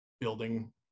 building